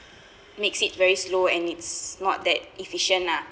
makes it very slow and it's not that efficient lah